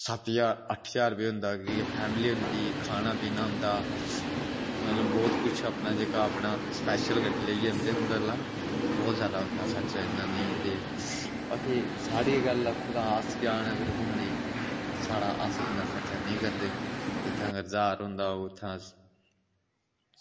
सत्त ज्हार अट्ठ ज्हार होंदा की के उंदी फैमिली होंदी खाना पीना होंदा मतलब बहुत कुछ अपना जेह्का अपना स्पेशल गड्डी लेइयै औंदे उंदे गल्ला बहोत जादा खर्चा होंदा उन्ना ते बाकी साढ़ी गल्ल आक्खो ते अस जान घुम्मनै गी तां इन्ना खर्चा नेईं करदे जित्थें ज्हार होंदा होग उत्थें अस